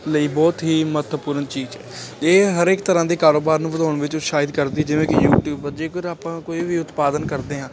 ਲਈ ਬਹੁਤ ਹੀ ਮਹੱਤਵਪੂਰਨ ਚੀਜ਼ ਇਹ ਹਰ ਇੱਕ ਤਰ੍ਹਾਂ ਦੇ ਕਾਰੋਬਾਰ ਨੂੰ ਵਧਾਉਣ ਵਿੱਚ ਉਤਸ਼ਾਹਿਤ ਕਰਦੀ ਜਿਵੇਂ ਕਿ ਯੂਟਿਊਬ ਜੇਕਰ ਆਪਾਂ ਕੋਈ ਵੀ ਉਤਪਾਦਨ ਕਰਦੇ ਹਾਂ